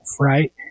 right